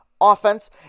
offense